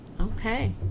okay